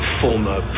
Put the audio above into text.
former